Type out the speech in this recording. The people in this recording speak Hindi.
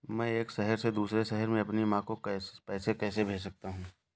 मैं एक शहर से दूसरे शहर में अपनी माँ को पैसे कैसे भेज सकता हूँ?